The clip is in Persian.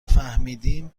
فهمیدیم